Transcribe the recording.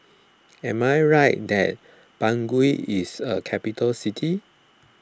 am I right that Bangui is a capital city